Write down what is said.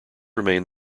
remain